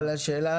אבל השאלה,